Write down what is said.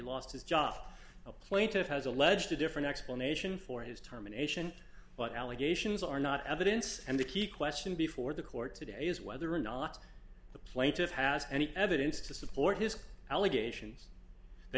lost his job a plaintiff has alleged a different explanation for his terminations but allegations are not evidence and the key question before the court today is whether or not the plaintiff has any evidence to support his allegations that